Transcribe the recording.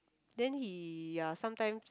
then he uh sometimes